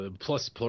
plus